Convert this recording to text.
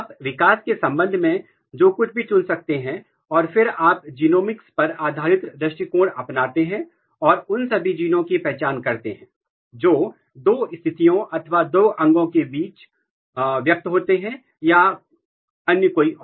आप विकास के संबंध में जो कुछ भी चुन सकते हैं और फिर आप जीनोमिक्स पर आधारित दृष्टिकोण अपनाते हैं और उन सभी जीनों की पहचान करते हैं जो दो स्थितियों अथवा दो अंगों के बीच व्यक्त होते हैं या अन्य कोई और